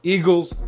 Eagles